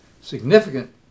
significant